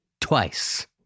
twice